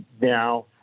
now